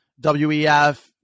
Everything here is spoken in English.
WEF